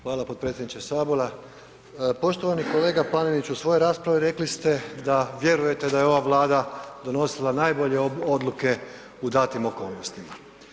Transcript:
Hvala potpredsjedniče sabora, poštovani kolega Panenić u svojoj raspravi rekli ste da vjerujete da je ova Vlada donosila najbolje odluke u datim okolnostima.